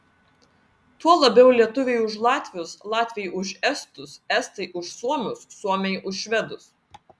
tuo labiau lietuviai už latvius latviai už estus estai už suomius suomiai už švedus